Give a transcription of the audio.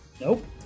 Nope